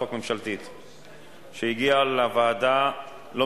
החוק המוצע תיעשה בהתחשב בהסכם הזיכיון